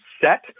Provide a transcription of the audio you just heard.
set